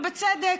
ובצדק,